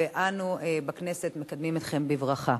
ואנו בכנסת מקדמים אתכם בברכה.